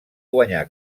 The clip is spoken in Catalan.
guanyar